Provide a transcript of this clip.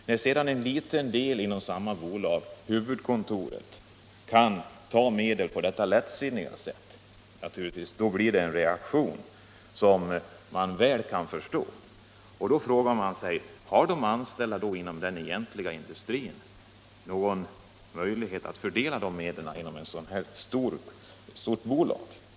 När sedan en liten del inom samma bolag, huvudkontoret, kan begagna medel på detta lättsinniga sätt, blir det naturligtvis en reaktion som väl kan förstås. Man frågar sig: Har de anställda inom den egentliga industrin någon möjlighet att fördela medlen inom ett så stort bolag?